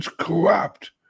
corrupt